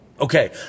Okay